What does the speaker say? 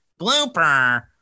blooper